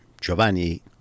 Giovanni